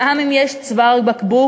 גם אם יש צוואר בקבוק,